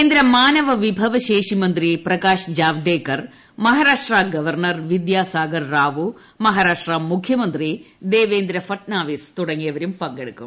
കേന്ദ്ര മാനവ വിഭവശ്ദേഷി മന്ത്രി പ്രകാശ് ജാവേദ്കർ മഹാരാഷ്ട്ര ഗവർണർ വിദ്യാസ്മുഗർ റാവു മഹാരാഷ്ട്ര മുഖ്യമന്ത്രി ദേവേന്ദ്ര ഫട്നവിസ് തുടങ്ങിയവരും പങ്കെടുക്കും